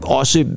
også